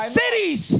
cities